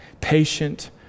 Patient